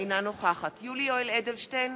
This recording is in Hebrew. אינה נוכחת יולי יואל אדלשטיין,